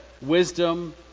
wisdom